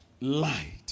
Light